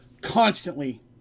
constantly